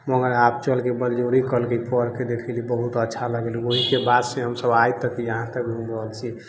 मगर आब चलके बलजोरी कयलकौ पढ़के देखली बहुत अच्छा लगलू ओहीके बादसँ हम सब आइ तक